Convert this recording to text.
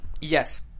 Yes